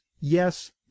yes